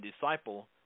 disciple